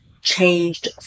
changed